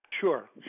Sure